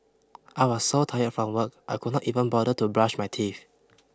I was so tired from work I could not even bother to brush my teeth